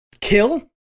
kill